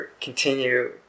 continue